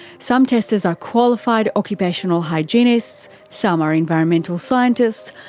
some testers are qualified occupational hygienists, some are environmental scientists.